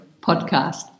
podcast